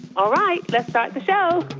all right, let's start the show